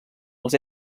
els